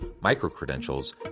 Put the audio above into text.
micro-credentials